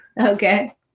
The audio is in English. okay